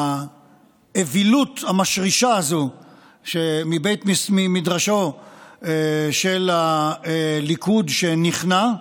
האווילות המשרישה הזו שמבית מדרשו של הליכוד שנכנע,